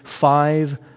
five